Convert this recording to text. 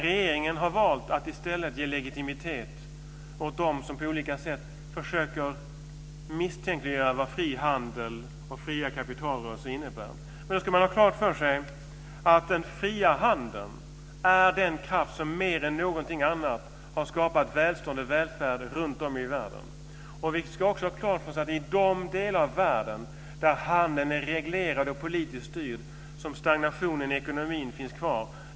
Regeringen har valt att i stället ge legitimitet åt dem som på olika sätt försöker misstänkliggöra vad fri handel och fria kapitalrörelser innebär. Man ska ha klart för sig att den fria handeln är den kraft som mer än något annat har skapat välståndet och välfärden runtom i världen. Vi ska också ha klart för oss att det är i de delar av världen där handeln är reglerad och politiskt styrd som stagnationen i ekonomin finns kvar.